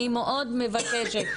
אני מאוד מבקשת,